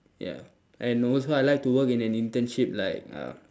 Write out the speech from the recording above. ya I know so I like to work in an internship like uh